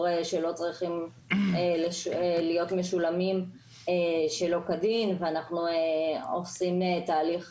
שלא צריכים להיות משולמים שלא כדין ואנחנו עושים תהליך